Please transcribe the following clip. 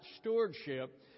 stewardship